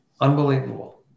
Unbelievable